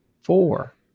four